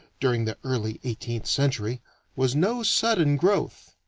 during the early eighteenth century was no sudden growth.